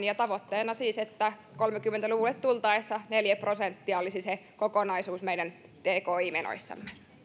ja tavoitteena on siis että kolmekymmentä luvulle tultaessa neljä prosenttia olisi kokonaisuus meidän tki menoissamme